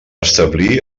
establir